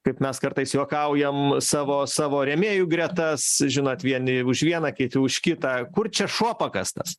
kaip mes kartais juokaujam savo savo rėmėjų gretas žinot vieni už vieną kiti už kitą kur čia šuo pakastas